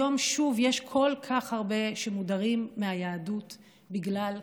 היום שוב יש כל כך הרבה שמודרים מהיהדות בגלל קנאות,